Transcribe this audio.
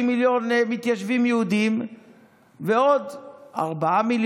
מיליון מתיישבים יהודים ועוד ארבעה או